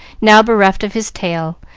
now bereft of his tail,